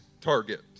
target